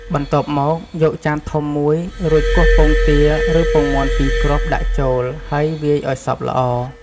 បន្ទាប់មក យកចានធំមួយ រួចគោះ ពងទា ឬពងមាន់ ២ គ្រាប់ ដាក់ចូល ហើយវាយឱ្យសព្វល្អ។